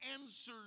answers